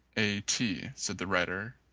a. t, said the rider.